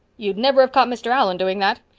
you'd never have caught mr. allan doing that.